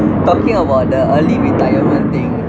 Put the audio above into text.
talking about the early retirement thing